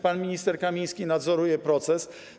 Pan minister Kamiński nadzoruje ten proces.